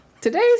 Today's